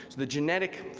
the genetic,